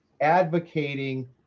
advocating